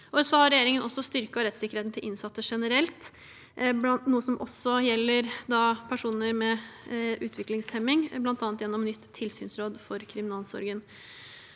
Regjeringen har også styrket rettssikkerheten til innsatte generelt. Det gjelder også personer med utviklingshemming, bl.a. gjennom nytt tilsynsråd for kriminalomsorgen.